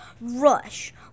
Rush